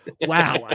Wow